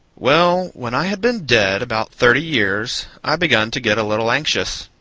well, when i had been dead about thirty years i begun to get a little anxious.